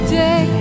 day